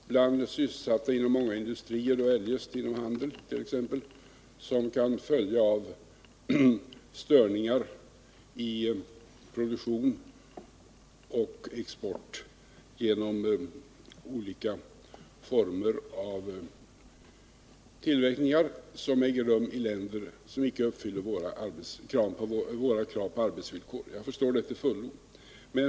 Herr talman! Jag förstår till fullo den oro bland de sysselsatta inom många industrier och inom t.ex. handeln som kan följa av störningar i produktion och export genom tillverkning i länder som icke uppfyller våra krav på arbetsvillkor.